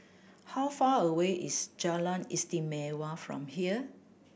how far away is Jalan Istimewa from here